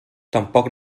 tampoc